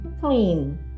clean